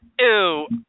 Ew